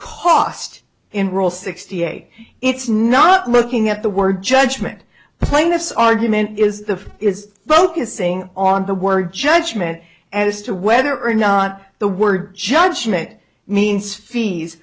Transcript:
cost in roll sixty eight it's not looking at the word judgment the plaintiffs argument is the is focusing on the word judgement as to whether or not the word judgment means fees